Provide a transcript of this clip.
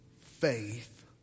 Faith